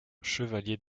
chevalier